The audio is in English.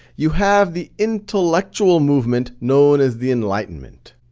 you have the intellectual movement known as the enlightenment.